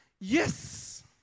Yes